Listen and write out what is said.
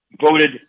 voted